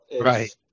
Right